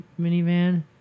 minivan